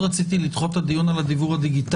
אני מתכבד לפתוח את דיון ועדת